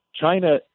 China